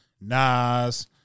Nas